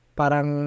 parang